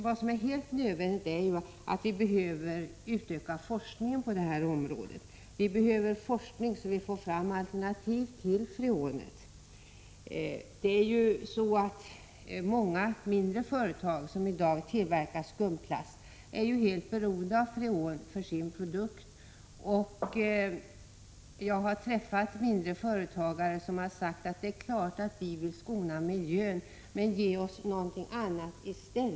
Vad som är helt nödvändigt är att utöka forskningen på detta område. Vi behöver forskning för att få fram alternativ till freonet. Det är ju så att många mindre företag som i dag tillverkar skumplast är helt beroende av freon för sin produkt. Jag har träffat småföretagare som säger: ”Det är klart att vi vill skona miljön, men vi har ju inget alternativ.